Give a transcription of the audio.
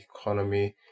economy